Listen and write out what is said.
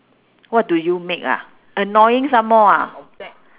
what do you make ah annoying some more ah